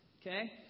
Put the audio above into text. Okay